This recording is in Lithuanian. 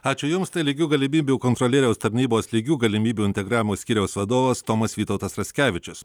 ačiū jums tai lygių galimybių kontrolieriaus tarnybos lygių galimybių integravimo skyriaus vadovas tomas vytautas raskevičius